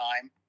time